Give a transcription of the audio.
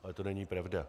Ale to není pravda.